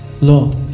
Lord